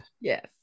Yes